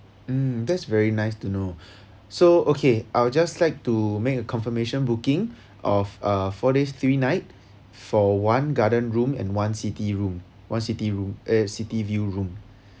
mm that's very nice to know so okay I will just like to make a confirmation booking of a four days three night for one garden room and one city room one city room eh city view room